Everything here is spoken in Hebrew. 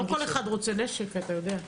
לא כל אחד רוצה נשק, אתה יודע.